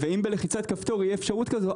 ואם בלחיצת כפתור תהיה אפשרות כזו,